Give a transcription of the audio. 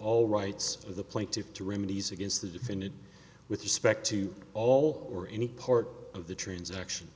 all rights of the plaintiff to remedies against the defendant with respect to all or any part of the transaction